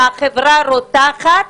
שהחברה רותחת,